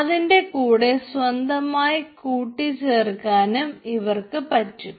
അതിൻറെ കൂടെ സ്വന്തമായി കൂട്ടിച്ചേർക്കാനും ഇവർക്ക് പറ്റും